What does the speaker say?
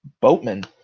Boatman